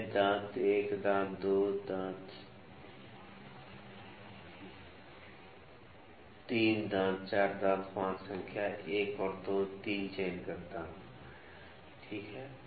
मैं दांत 1 दांत 1 दांत 2 दांत 3 दांत 4 और दांत 5 संख्या 1 2 और 3चयन करता हूं ठीक है